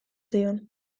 zion